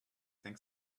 think